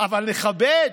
אבל נכבד.